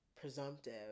presumptive